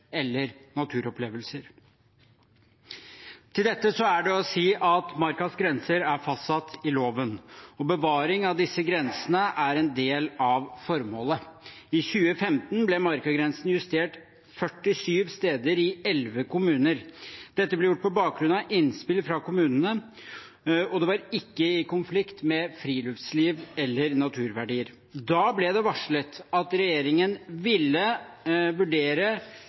eller naturopplevelser. Til dette er det å si at markas grenser er fastsatt i loven. Bevaring av disse grensene er en del av formålet. I 2015 ble markagrensen justert 47 steder i elleve kommuner. Dette ble gjort på bakgrunn av innspill fra kommunene, og det var ikke i konflikt med friluftsliv eller naturverdier. Da ble det varslet at regjeringen ville vurdere